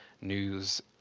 news